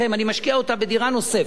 אני משקיע אותו בדירה נוספת.